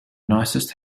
nicest